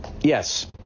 yes